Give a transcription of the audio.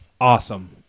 awesome